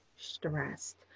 stressed